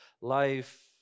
life